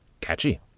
Catchy